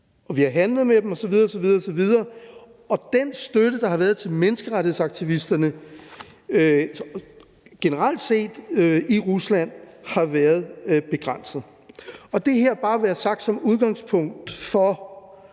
vi har handlet med dem osv. osv. Og den støtte, der har været til menneskerettighedsaktivisterne generelt set i Rusland, har været begrænset. Det her bare være sagt som udgangspunkt for,